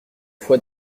foi